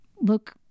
look